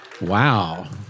Wow